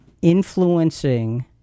influencing